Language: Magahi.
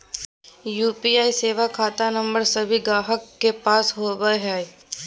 यू.पी.आई सेवा खता नंबर सभे गाहक के पास होबो हइ